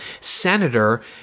senator